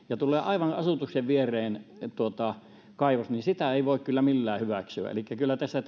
ja aivan asutuksen viereen tulee kaivos sitä ei voi kyllä millään hyväksyä elikkä kyllä tässä